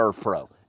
Pro